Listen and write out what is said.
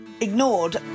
ignored